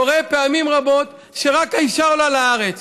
קורה פעמים רבות שרק האישה עולה לארץ,